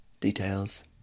Details